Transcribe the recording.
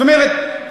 זאת אומרת,